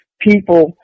people